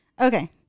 Okay